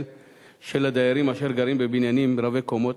הדיירים אשר גרים בבניינים רבי-קומות,